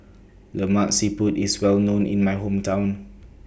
Lemak Siput IS Well known in My Hometown